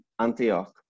Antioch